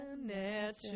natural